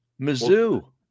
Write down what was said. Mizzou